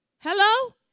Hello